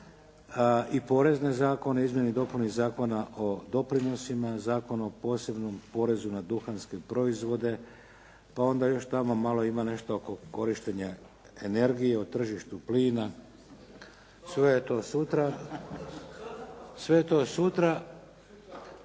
i porezne zakone, o izmjeni i dopuni Zakona o doprinosima, Zakon o posebnom porezu na duhanske proizvode, pa onda još tamo malo ima nešto oko korištenja energije, o tržištu plina, sve to sutra. A što ne